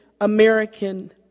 American